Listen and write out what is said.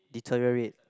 deterial rate